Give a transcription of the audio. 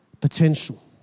potential